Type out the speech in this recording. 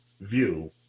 view